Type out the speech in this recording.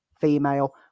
female